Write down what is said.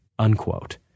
Unquote